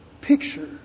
picture